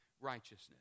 righteousness